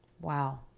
Wow